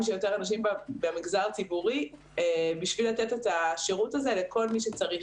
שיותר אנשים במגזר הציבורי בשביל לתת את השירות הציבורי הזה לכל מי שצריך